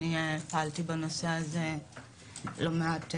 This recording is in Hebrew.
אני פעלתי בנושא הזה לא מעט,